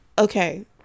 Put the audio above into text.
Okay